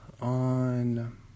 on